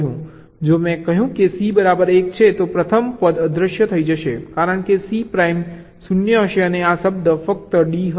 જો મેં કહ્યું કે C બરાબર 1 છે તો પ્રથમ પદ અદૃશ્ય થઈ જશે કારણ કે C પ્રાઇમ 0 હશે અને આ શબ્દ ફક્ત D હશે